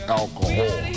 alcohol